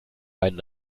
einen